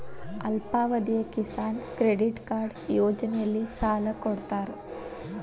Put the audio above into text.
ಅಲ್ಪಾವಧಿಯ Kisan credit card ಯೋಜನೆಯಲ್ಲಿಸಾಲ ಕೊಡತಾರ